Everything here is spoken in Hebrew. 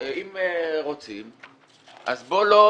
אם רוצים אז בוא לא